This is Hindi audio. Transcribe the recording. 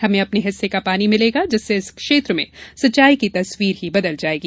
हमें अपने हिस्से का पानी मिलेगा जिससे इस क्षेत्र की सिंचाई की तस्वीर ही बदल जायेगी